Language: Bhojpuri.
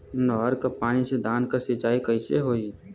नहर क पानी से धान क सिंचाई कईसे होई?